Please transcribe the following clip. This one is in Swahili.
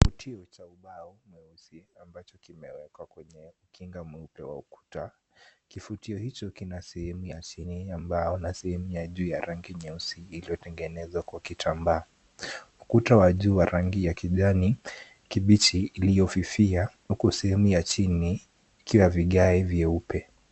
Kifutio cha ubao mweusi ambacho kimewekwa kwenye kinga mweupe wa ukuta. Kifutio hicho kina sehemu ya chini ya mbao na sehemu ya juu ya rangi nyeusi iliyotengenezwa kwa kitambaa. Ukuta wa juu wa rangi ya kijani kibichi iliyofifia, huku sehemu ya chini ikiwa vigae vyeupe.